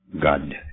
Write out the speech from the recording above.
God